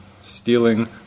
stealing